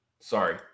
Sorry